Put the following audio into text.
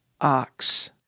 ox